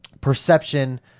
perception